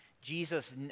Jesus